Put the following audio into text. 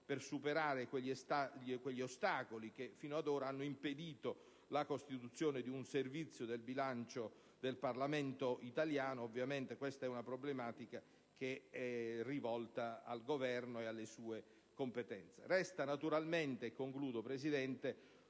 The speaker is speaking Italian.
per superare quegli ostacoli che fino ad ora hanno impedito la costituzione di un Servizio del bilancio del Parlamento italiano. Ovviamente questa è una problematica che è rivolta al Governo e alle sue competenze. Resta naturalmente - e concludo, signora